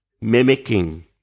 mimicking